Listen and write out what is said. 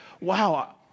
wow